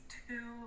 two